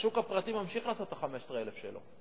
השוק הפרטי ממשיך לעשות את ה-15,000 שלו.